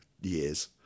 Years